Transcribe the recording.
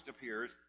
appears